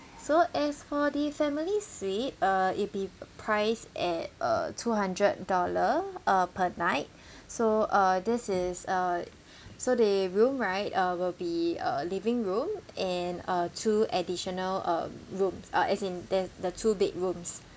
so as for the family suite uh it'd be a price at uh two hundred dollar uh per night so uh this is uh so the room right uh will be uh living room and uh two additional um rooms uh as in there the two bedrooms